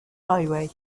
highway